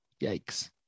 yikes